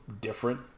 different